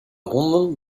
honden